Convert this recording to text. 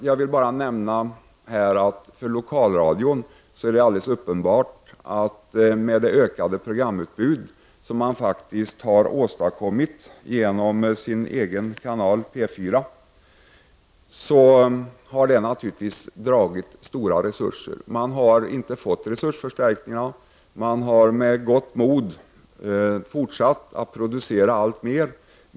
Jag vill här nämna att för lokalradion är det uppenbart att med det ökade programutbudet som har åstadkommits med hjälp av kanal P 4 har stora resurser gått åt. Man har inte fått resursförstärkningar, och man har med gott mod fortsatt att producera alltmer.